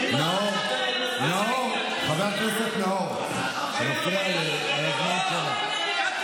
חבר הכנסת נאור, זה על הזמן שלה.